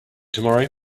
tomorrow